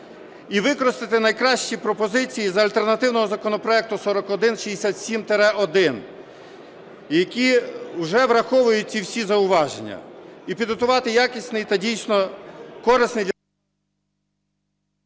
і використати найкращі пропозиції з альтернативного законопроекту 4167-1, які вже враховують ці всі зауваження і підготувати якісний та дійсно корисний...